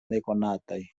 nekonataj